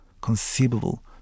conceivable